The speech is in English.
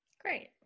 Great